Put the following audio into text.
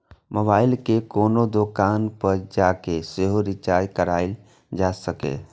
mobile कें कोनो दोकान पर जाके सेहो रिचार्ज कराएल जा सकैए